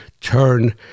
turn